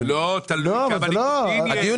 זה לא.